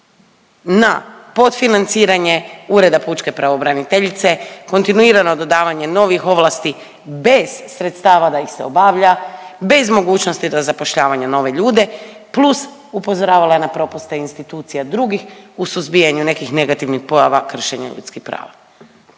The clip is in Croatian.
na podfinanciranje Ureda pučke pravobraniteljice, kontinuirano dodavanje novih ovlasti bez sredstava da ih se obavlja, bez mogućnosti da zapošljavanja nove ljude plus upozoravala je na propuste institucija drugih u suzbijanju nekih negativnih pojava kršenja ljudskih prava.